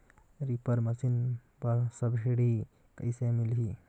Reaper machine बर subsidy कइसे मिलही?